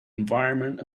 environment